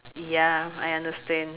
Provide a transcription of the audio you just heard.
ya I understand